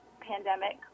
pandemic